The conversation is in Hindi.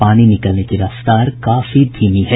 पानी निकलने की रफ्तार काफी धीमी है